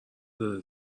داره